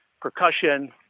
percussion